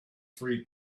free